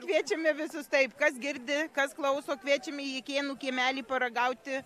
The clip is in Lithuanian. kviečiame visus taip kas girdi kas klauso kviečiame į jakėnų kiemelį paragauti